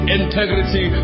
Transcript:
integrity